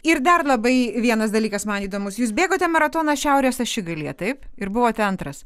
ir dar labai vienas dalykas man įdomus jūs bėgote maratoną šiaurės ašigalyje taip ir buvote antras